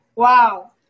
Wow